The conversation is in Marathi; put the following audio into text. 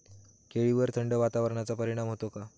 केळीवर थंड वातावरणाचा परिणाम होतो का?